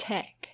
Tech